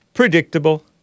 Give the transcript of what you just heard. Predictable